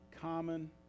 common